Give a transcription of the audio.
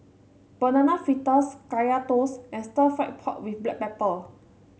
Banana Fritters Kaya Toast and Stir Fried Pork with Black Pepper